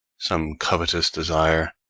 some covetous desire,